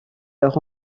leurs